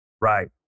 Right